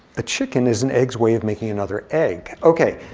a chicken is an egg's way of making another egg. ok,